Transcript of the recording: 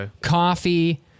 coffee